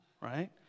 right